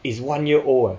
is one year old eh